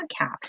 podcasts